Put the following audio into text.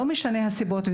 לא משנה מה הסיבות לה,